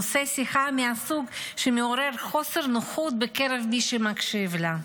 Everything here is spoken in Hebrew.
נושא שיחה מהסוג שמעורר חוסר נוחות בקרב מי שמקשיב לה.